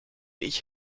ich